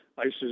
ISIS